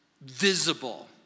visible